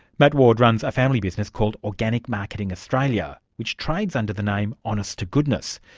matt ward runs a family business called organic marketing australia, which trades under the name honest to goodness.